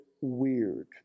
weird